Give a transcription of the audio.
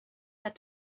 had